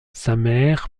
sameer